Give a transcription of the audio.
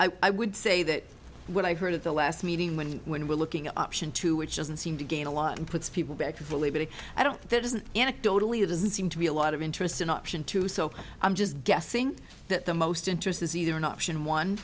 that i would say that what i heard of the last meeting when when we're looking at option two which doesn't seem to gain a lot and puts people back believe it i don't that isn't anecdotally it doesn't seem to be a lot of interest in option two so i'm just guessing that the most interest is either an option one